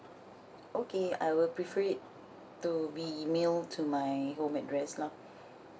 okay I will prefer it to be mail to my home address lah